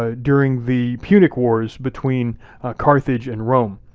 ah during the punic wars between carthage and rome.